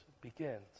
begins